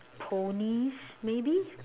ponies maybe